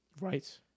right